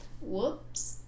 Whoops